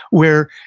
where,